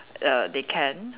err they can